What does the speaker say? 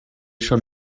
schon